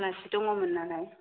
आलासि दङमोन नालाय